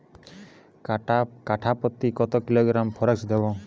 কাঠাপ্রতি কত কিলোগ্রাম ফরেক্স দেবো?